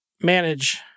manage